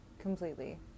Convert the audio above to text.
completely